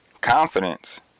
confidence